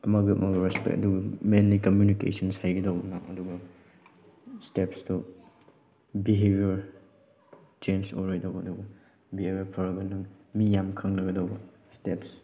ꯑꯃꯒ ꯑꯃꯒ ꯔꯦꯁꯄꯦꯛ ꯑꯗꯨꯝ ꯃꯦꯟꯂꯤ ꯀꯝꯃꯨꯅꯤꯀꯦꯁꯟꯁ ꯍꯩꯒꯗꯕ ꯑꯗꯨꯒ ꯏꯁꯇꯦꯞꯁꯇꯣ ꯕꯤꯍꯦꯕꯤꯌꯔ ꯆꯦꯟꯁ ꯑꯣꯏꯔꯣꯏꯗꯕ ꯑꯗꯨꯒ ꯕꯤꯍꯦꯕꯤꯌꯔ ꯐꯔꯒ ꯅꯪ ꯃꯤ ꯌꯥꯝ ꯈꯪꯅꯒꯗꯕ ꯏꯁꯇꯦꯞꯁ